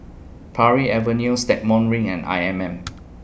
Parry Avenue Stagmont Ring and I M M